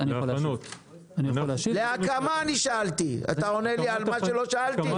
אני שאלתי על הקמה ואתה עונה לי על מה שלא שאלתי.